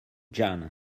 john